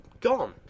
gone